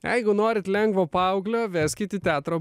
jeigu norit lengvo paauglio veskit į teatro